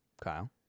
Kyle